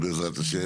בעזרת ה',